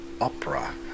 opera